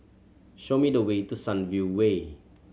show me the way to Sunview Way